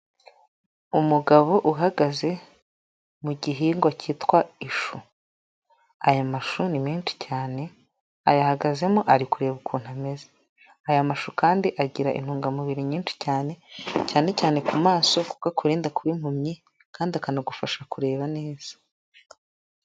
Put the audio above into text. Umugabo uhagaze mu gihingwa kitwa ishu, aya mashu ni menshi cyane, ayahagazemo ari kureba ukuntu ameze, aya mashu kandi agira intungamubiri nyinshi cyane, cyane cyane ku maso kuko akurinda kuba impumyi kandi akanagufasha kureba neza.